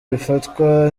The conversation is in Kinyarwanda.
bifatwa